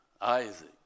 Isaac